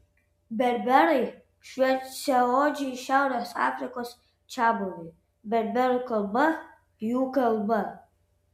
berberai šviesiaodžiai šiaurės afrikos čiabuviai berberų kalba jų kalba